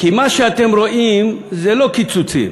"מה שאתם רואים זה לא קיצוצים.